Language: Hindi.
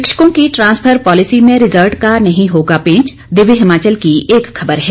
शिक्षकों की ट्रांसफर पॉलिसी में रिजल्ट का नहीं होगा पेंच दिव्य हिमाचल की एक खबर है